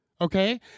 Okay